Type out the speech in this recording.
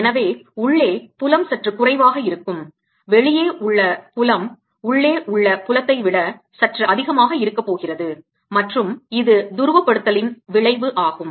எனவே உள்ளே புலம் சற்று குறைவாக இருக்கும் வெளியே உள்ள புலம் உள்ளே உள்ள புலத்தை விட சற்று அதிகமாக இருக்க போகிறது மற்றும் இது துருவப்படுத்தலின் விளைவு ஆகும்